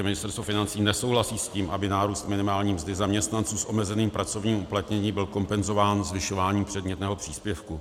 Ministerstvo financí nesouhlasí s tím, aby nárůst minimální mzdy zaměstnanců s omezeným pracovním uplatněním byl kompenzován zvyšováním předmětného příspěvku.